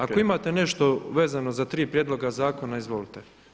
Ako imate nešto vezano za tri prijedloga zakona izvolite.